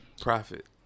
profit